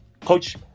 Coach